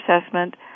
assessment